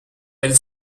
elle